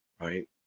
right